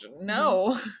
no